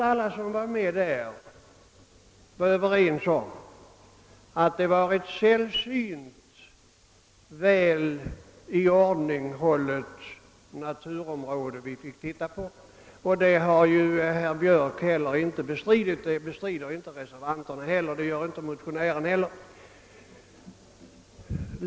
Alla som var med på denna resa var överens om att vi fick se ett sällsynt väl iordninghållet naturområde. Varken herr Björk, reservanterna eller motionären bestrider detta.